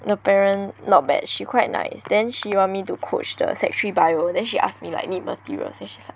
the parent not bad she quite nice then she want me to coach the sec three bio then she ask me like need material then she's like